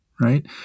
right